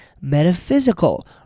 metaphysical